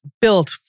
built